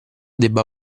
debba